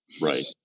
Right